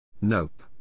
Nope